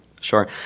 sure